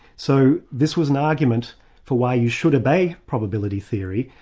so this was an argument for why you should obey probability theory,